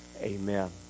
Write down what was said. amen